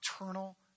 eternal